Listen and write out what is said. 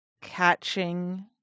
catching